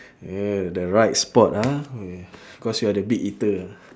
we're the right spot ah we cause we are the big eater